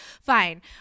fine